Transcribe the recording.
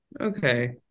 Okay